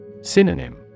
Synonym